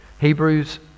Hebrews